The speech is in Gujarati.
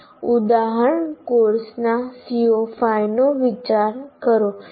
ઉદાહરણ કોર્સના CO5 નો વિચાર કરો